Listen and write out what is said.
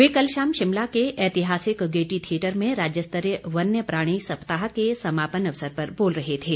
वे कल शाम शिमला के ऐतिहासिक गेयटी थियेटर में राज्यस्तरीय वन्य प्राणी सप्ताह के समापन अवसर पर बोल रहे थे